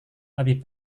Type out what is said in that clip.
lebih